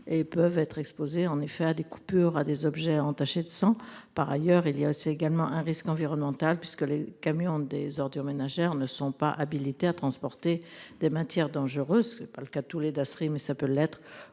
et peuvent être exposés en effet à des coupures à des objets ont de sang. Par ailleurs, il y a, c'est également un risque environnemental puisque les camions des ordures ménagères ne sont pas habilités à transporter des matières dangereuses que pas le cas tous les Dasri mais ça peut l'être